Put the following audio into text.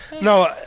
No